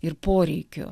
ir poreikiu